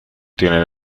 tienen